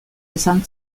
izan